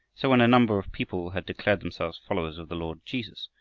so when a number of people had declared themselves followers of the lord jesus,